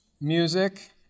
music